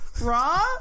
raw